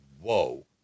whoa